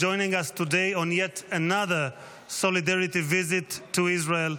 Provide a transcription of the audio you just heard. joining us today on yet another solidarity visit to Israel.